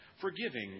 forgiving